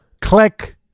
Click